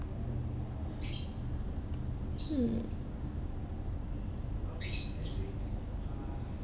hmm